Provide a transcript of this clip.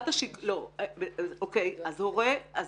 אוקיי, אז הורה.